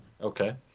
Okay